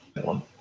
one